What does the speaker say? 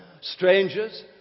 strangers